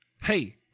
Hey